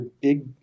big